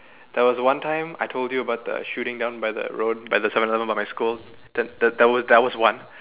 there was one time I told you about the shooting down by the road by the seven eleven by my school that that was that was one